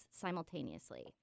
simultaneously